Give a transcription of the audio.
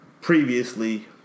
Previously